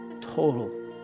total